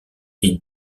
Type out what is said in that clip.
est